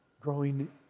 growing